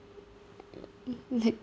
like